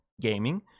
gaming